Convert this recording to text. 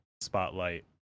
spotlight